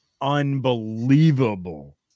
Unbelievable